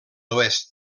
oest